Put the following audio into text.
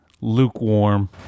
lukewarm